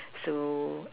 so